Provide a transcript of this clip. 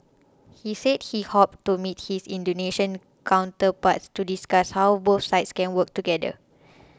he said he hoped to meet his Indonesian counterpart to discuss how both sides can work together